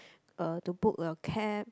uh to book a cab